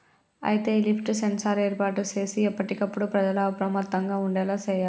అయితే ఈ lift sensor ఏర్పాటు సేసి ఎప్పటికప్పుడు ప్రజల అప్రమత్తంగా ఉండేలా సేయాలి